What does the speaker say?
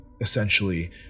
essentially